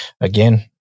again